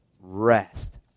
rest